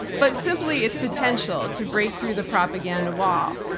but simply it's potential to break through the propaganda wall.